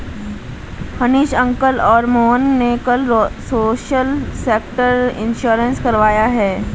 Hanish uncle और मोहन ने कल सोशल सेक्टर इंश्योरेंस करवाया है